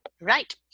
Right